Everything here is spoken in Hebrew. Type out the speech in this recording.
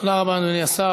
תודה רבה, אדוני השר.